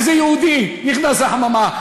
איזה יהודי נכנס לחממה?